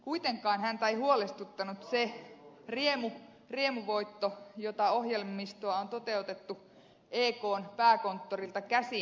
kuitenkaan häntä ei huolestuttanut se riemuvoitto jota ohjelmistoa on toteutettu ekn pääkonttorilta käsin